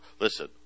listen